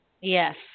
yes